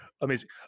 Amazing